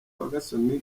ferguson